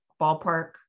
ballpark